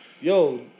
yo